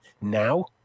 now